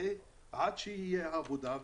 ועד שתהיה עבודה,